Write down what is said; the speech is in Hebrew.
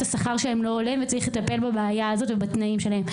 השכר שלהן לא הולם וצריך לטפל בבעיה הזאת ובתנאים שלהם.